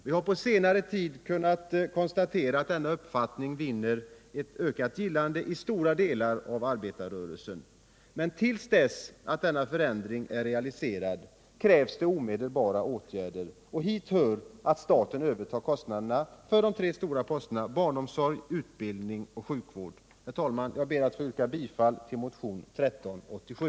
Vi har på senare tid kunnat konstatera att denna uppfattning vinner ökat gillande inom stora delar av arbetarrörelsen. Men till dess att denna förändring är realiserad krävs omedelbara åtgärder, och hit hör att staten övertar kostnaderna för de tre stora posterna barnomsorg, utbildning och sjukvård. Herr talman! Jag ber att få yrka bifall till motion 1387.